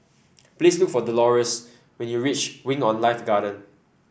please look for Dolores when you reach Wing On Life Garden